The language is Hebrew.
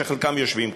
שחלקם יושבים כאן.